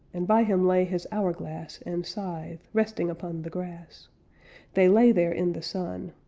and by him lay his hourglass and scythe, resting upon the grass they lay there in the sun,